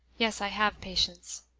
yes, i have, patience.